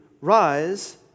Rise